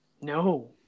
No